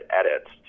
edits